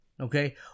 okay